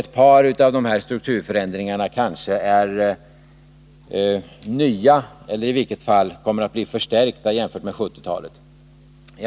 Ett par av dessa strukturförändringar kanske är nya, eller kommer i vart fall att bli förstärkta jämfört med 1970-talet.